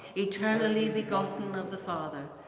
eternally begotten of the father,